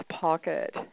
pocket